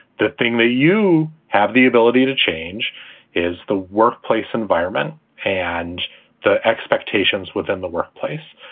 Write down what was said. the thing that you have the ability to change is the workplace environment and the expectations within the workplace.